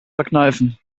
verkneifen